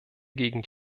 gegen